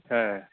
ହଁ